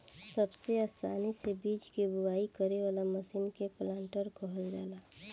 सबसे आसानी से बीज के बोआई करे वाला मशीन के प्लांटर कहल जाला